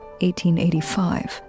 1885